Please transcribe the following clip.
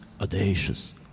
audacious